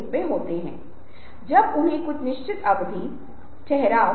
और मैं आपसे कुछ सवाल पूछूंगा कुछ पहेलियाँ या क्विज़ भी एकीकृत होंगे